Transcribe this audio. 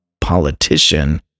politician